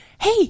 hey